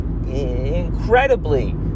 incredibly